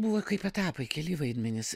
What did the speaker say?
buvo kaip etapai keli vaidmenys